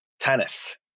tennis